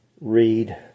read